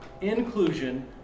inclusion